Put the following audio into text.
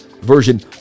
version